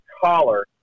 collar